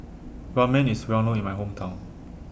Ramen IS Well known in My Hometown